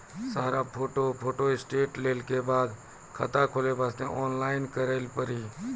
सारा photo photostat लेल के बाद खाता खोले वास्ते ऑनलाइन करिल पड़ी?